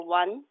one